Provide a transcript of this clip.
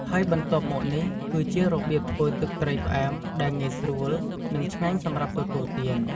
ហើយបន្ទាប់មកនេះគឺជារបៀបធ្វើទឹកត្រីផ្អែមដែលងាយស្រួល និងឆ្ងាញ់សម្រាប់ទទួលទាន។